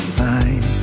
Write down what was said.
find